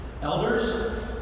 elders